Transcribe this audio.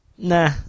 Nah